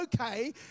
okay